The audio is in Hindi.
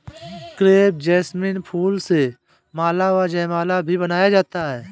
क्रेप जैसमिन फूल से माला व जयमाला भी बनाया जाता है